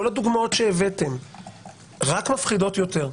כל הדוגמאות שהבאתם רק מפחידות יותר,